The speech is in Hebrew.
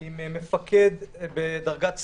עם מפקד בדרגת סנ"צ,